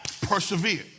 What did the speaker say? persevere